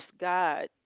God